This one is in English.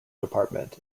department